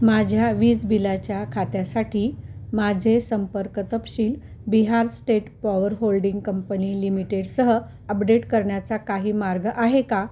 माझ्या वीज बिलाच्या खात्यासाठी माझे संपर्क तपशील Bihar State Power Holding Company Limited सह अपडेट करण्याचा काही मार्ग आहे का